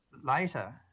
later